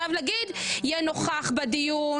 להגיד יהיה נוכח בדיון,